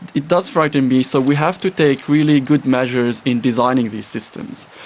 it does frighten me, so we have to take really good measures in designing these systems,